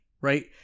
right